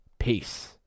Peace